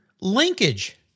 Linkage